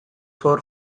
for